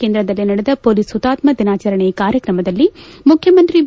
ಕೇಂದ್ರದಲ್ಲಿ ನಡೆದ ಹೊಲೀಸ್ ಹುತಾತ್ನ ದಿನಾಚರಣೆ ಕಾರ್ಯಕ್ರಮದಲ್ಲಿ ಮುಖ್ಯಮಂತ್ರಿ ಬಿ